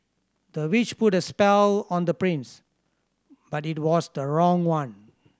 the witch put a spell on the prince but it was the wrong one